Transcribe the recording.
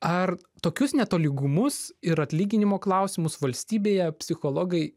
ar tokius netolygumus ir atlyginimo klausimus valstybėje psichologai